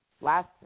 last